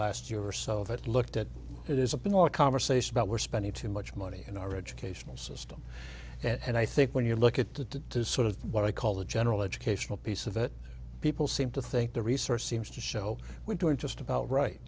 last year or so that looked at it is a bit more conversation about we're spending too much money in our educational system and i think when you look at the sort of what i call the general educational piece of it people seem to think the resource seems to show we're doing just about right